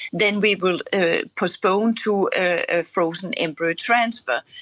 then we will postpone to ah frozen embryo transfer.